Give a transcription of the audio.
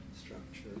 structure